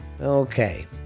Okay